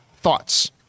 thoughts